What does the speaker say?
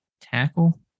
tackle